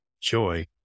joy